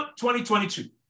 2022